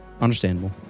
Understandable